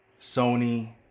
Sony